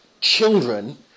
children